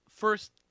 first